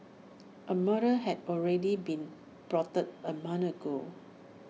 A murder had already been plotted A month ago